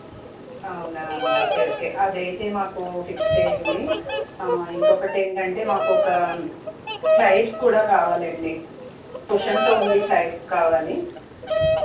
అవునా okay okay అది అయితే మాకు ఫిక్స్ చేయండి ఇంకొకటి ఏంటంటే మాకు ఒక చైర్స్ కూడా కావాలండి కుషన్తో ఉండే చేర్స్ కావాలి